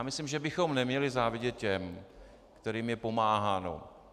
Myslím, že bychom neměli závidět těm, kterým je pomáháno.